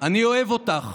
אני אוהב אותך,